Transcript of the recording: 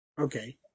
Okay